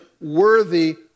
worthy